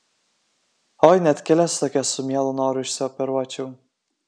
oi net kelias tokias su mielu noru išsioperuočiau